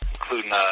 including